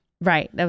Right